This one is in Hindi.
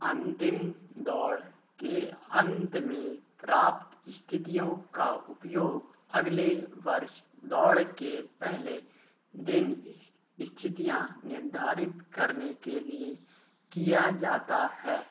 अंतिम दौड़ के अंत में प्राप्त स्थितियों का उपयोग अगले वर्ष दौड़ के पहले दिन स्थितियाँ निर्धारित करने के लिए किया जाता है